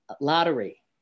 lottery